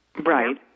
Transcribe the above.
Right